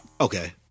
Okay